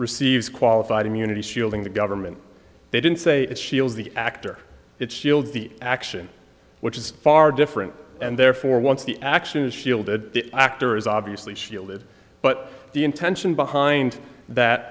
receives qualified immunity shielding the government they didn't say it shields the actor it's still the action which is far different and therefore once the action is shielded the actor is obviously shielded but the intention behind that